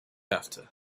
after